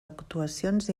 actuacions